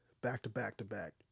Back-to-back-to-back